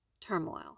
turmoil